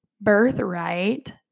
birthright